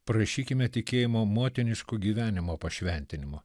prašykime tikėjimo motiniško gyvenimo pašventinimo